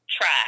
try